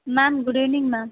ma'am good evening ma'am